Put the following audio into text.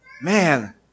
man